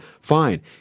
Fine